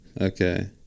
Okay